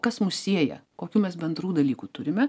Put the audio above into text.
kas mus sieja kokių mes bendrų dalykų turime